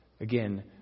again